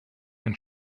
can